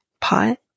Pot